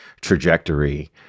trajectory